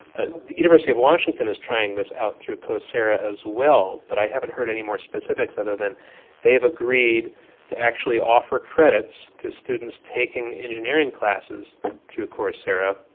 ah the university of washington is trying this out through coursera as well, but i haven't heard any more specifics other than they've agreed to actually offer credits to students taking engineering classes through coursera,